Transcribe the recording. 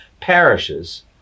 parishes